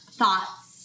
thoughts